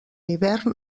hivern